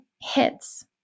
hits